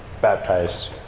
baptized